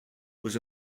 was